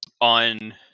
on